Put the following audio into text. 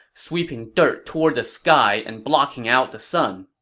sweeping dirt toward the sky and blocking out the sun.